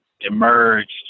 emerged